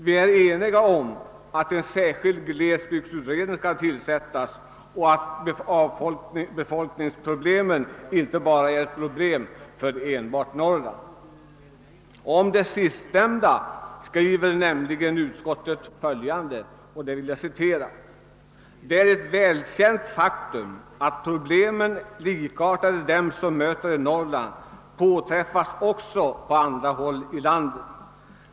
Vi är eniga om att en särskild glesbygdsutredning skall tillsättas och att avfolkningsproblemen inte finns enbart i Norrland. Härom skriver utskot tet följande: »Det är ett välkänt faktum att problem likartade dem som möter i Norrland påträffas också på andra håll i landet.